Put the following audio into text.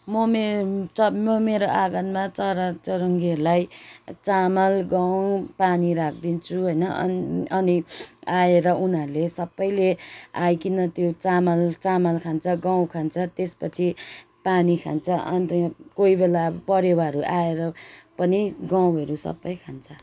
म मेरो आँगनमा चरा चुरुङ्गीहरलाई चामाल गहुँ पानी राखिदिन्छु होइन अन अनि आएर उनीहरूले सबैले आइकन त्यो चामल चामल खान्छ गहुँ खान्छ त्यसपछि पानी खान्छ अन्त कोहीबेला परेवाहरू आएर पनि गहुँहरू सबै खान्छ